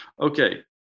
Okay